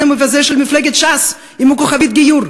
המבזה של מפלגת ש"ס עם ה"כוכבית גיור".